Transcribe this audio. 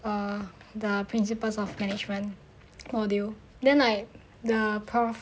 uh the principles of management module then I the prof